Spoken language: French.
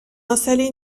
installer